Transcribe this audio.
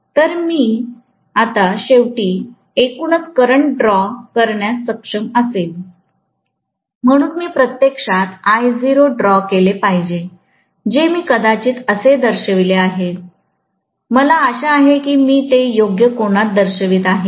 तर आता मी शेवटी एकूणच करंट ड्रॉ करण्यास सक्षम असेल म्हणून मी प्रत्यक्षात Io ड्रॉ केले पाहिजे जे मी कदाचित असेच दर्शविले आहे मला आशा आहे की मी ते योग्य कोनात दर्शवित आहे